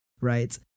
right